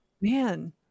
Man